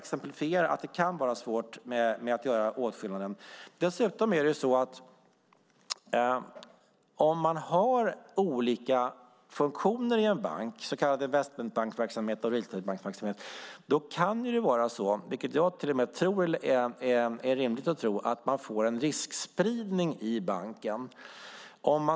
Det kan vara svårt att göra denna åtskillnad. Har man olika funktioner i en bank, så kallad investment bank-verksamhet och retail bank-verksamhet, är det rimligt att tro att man får en riskspridning i banken.